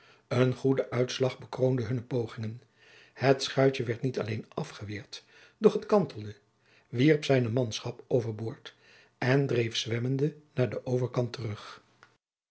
een goede uitslag bekroonde hunne pogingen het schuitje werd niet alleen afgeweerd doch het kantelde wierp zijne manschap overboord en dreef zwemmende naar den overkant terug